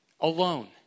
alone